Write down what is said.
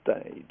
stage